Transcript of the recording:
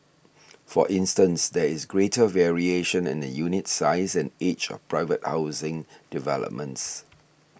for instance there is greater variation in the unit size and age of private housing developments